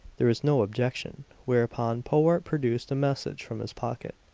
there was no objection whereupon powart produced a message from his pocket.